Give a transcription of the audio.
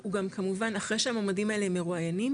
הוא גם כמובן אחרי שהמועמדים האלה מרואיינים,